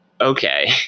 okay